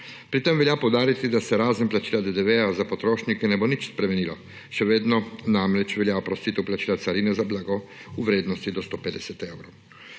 Pri tem velja poudariti, da se razen plačila DDV za potrošnike ne bo nič spremenilo, še vedno namreč velja oprostitev plačila carine za blago v vrednosti do 150 evrov.